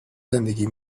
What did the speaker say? زندگی